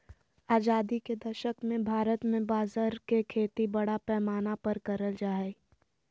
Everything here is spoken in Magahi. आजादी के दशक मे भारत मे बाजरा के खेती बड़ा पैमाना पर करल जा हलय